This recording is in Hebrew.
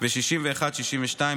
ו-62-61,